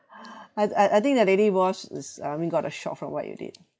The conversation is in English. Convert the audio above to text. I I I think that lady boss is um I mean got a shock from what you did